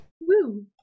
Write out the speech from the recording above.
Woo